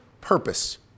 purpose